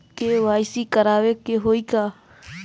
KYC करावे के होई का?